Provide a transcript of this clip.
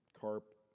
Carp